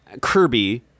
Kirby